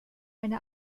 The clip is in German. eine